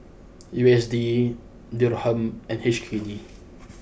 U S D Dirham and H K D